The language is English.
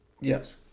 Yes